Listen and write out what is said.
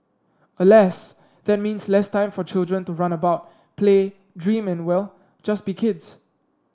alas that means less time for children to run about play dream and well just be kids